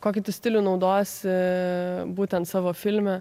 kokį tu stilių naudosi būtent savo filme